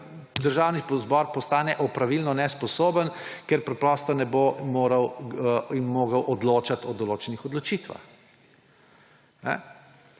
Državni zbor postane opravilno nesposoben, ker preprosto ne bo mogel odločati o določenih odločitvah.